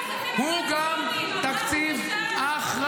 הוא גם תקציב אחראי.